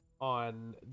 on